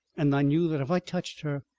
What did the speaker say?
and i knew that if i touched her,